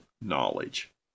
knowledge